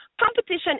competition